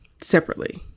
separately